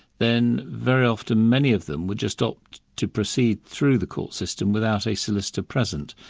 then very often many of them would just opt to proceed through the court system without a solicitor present,